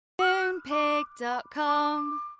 Moonpig.com